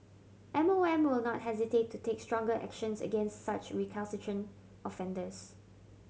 M O M will not hesitate to take stronger actions against such recalcitrant offenders